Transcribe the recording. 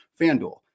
Fanduel